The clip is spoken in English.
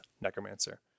necromancer